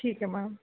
ਠੀਕ ਹੈ ਮੈਮ